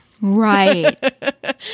Right